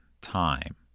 time